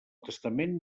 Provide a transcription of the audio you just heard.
testament